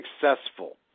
successful